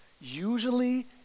Usually